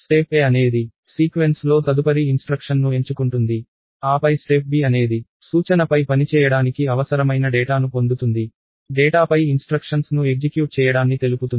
step A అనేది sequence లో తదుపరి ఇన్స్ట్రక్షన్ ను ఎంచుకుంటుంది ఆపై స్టెప్ B అనేది సూచనపై పనిచేయడానికి అవసరమైన డేటాను పొందుతుంది డేటాపై ఇన్స్ట్రక్షన్స్ ను ఎగ్జిక్యూట్ చేయడాన్ని తెలుపుతుంది